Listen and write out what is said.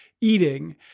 eating